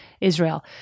Israel